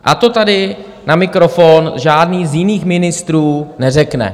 A to tady na mikrofon žádný z jiných ministrů neřekne.